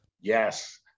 Yes